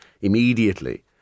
immediately